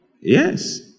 Yes